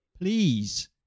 please